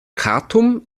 khartum